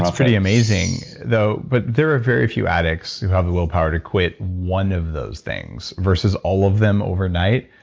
pretty amazing though, but there are very few addicts who have the will power to quit one of those things versus all of them over night.